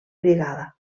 brigada